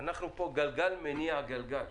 אנחנו פה גלגל מניע גלגל.